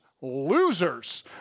losers